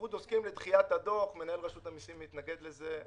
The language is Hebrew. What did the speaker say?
מנהל רשות המיסים מתנגד לדחיית הדוח.